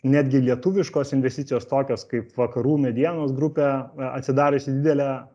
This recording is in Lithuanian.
netgi lietuviškos investicijos tokios kaip vakarų medienos grupė atsidariusi didelę